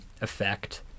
effect